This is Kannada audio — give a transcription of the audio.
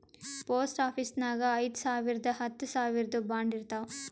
ಪೋಸ್ಟ್ ಆಫೀಸ್ನಾಗ್ ಐಯ್ದ ಸಾವಿರ್ದು ಹತ್ತ ಸಾವಿರ್ದು ಬಾಂಡ್ ಇರ್ತಾವ್